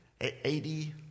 80